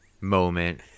moment